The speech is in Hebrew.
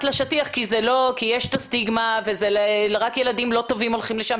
לשטיח כי יש את הסטיגמה ורק ילדים לא טובים הולכים לשם,